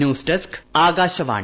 news desk Akashvani